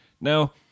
Now